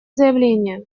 заявление